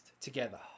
together